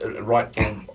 right